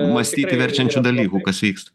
mąstyti verčiančių dalykų kas vyksta